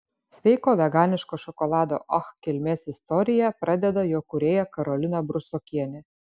sveiko veganiško šokolado ach kilmės istoriją pradeda jo kūrėja karolina brusokienė